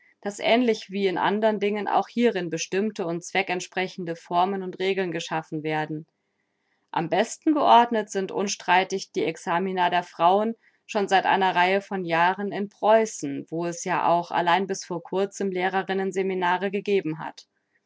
daß ähnlich wie in andern dingen auch hierin bestimmte und zweckentsprechende formen und regeln geschaffen werden am besten geordnet sind unstreitig die examinas der frauen schon seit einer reihe von jahren in preußen wo es ja auch allein bis vor kurzem lehrerinnen seminare gegeben hat